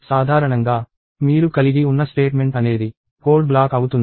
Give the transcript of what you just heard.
సాధారణంగా మీరు కలిగి ఉన్న స్టేట్మెంట్ అనేది కోడ్ బ్లాక్ అవుతుంది